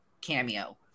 cameo